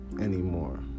anymore